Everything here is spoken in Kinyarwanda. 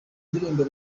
ndirimbo